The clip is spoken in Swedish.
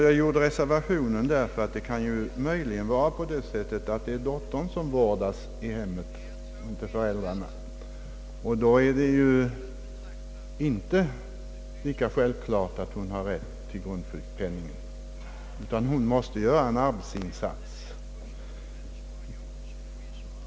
Jag gjorde reservationen därför att det ju kan vara dottern som vårdas i hemmet och inte föräldrarna. Om så är fallet är det inte lika självklart att hon har rätt till grundsjukpenningen. För att hon skall få en sådan rätt måste hon göra en arbetsinsats.